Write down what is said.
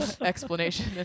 explanation